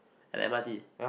at the M_R_T